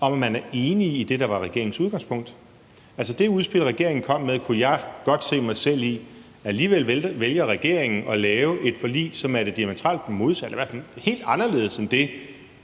om, at man er enig i det, der var regeringens udgangspunkt? Altså, det udspil, regeringen kom med, kunne jeg godt se mig selv i. Alligevel vælger regeringen at lave et forlig, som er det diametralt modsatte, i hvert fald helt anderledes end det,